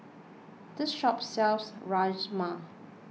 this shop sells Rajma